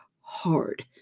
hard